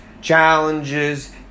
challenges